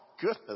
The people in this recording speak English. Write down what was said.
goodness